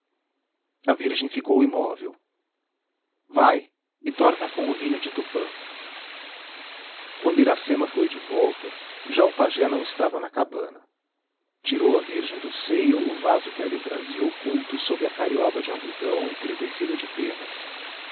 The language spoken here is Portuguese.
a virgem ficou imóvel vai e torna com o vinho de tupã quando iracema foi de volta já o pajé não estava na cabana tirou a virgem do seio o vaso que ali trazia oculto sob a carioba de algodão entretecida de penas